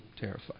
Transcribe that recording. terrified